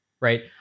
right